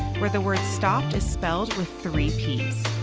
where the word stopped is spelled with three ps.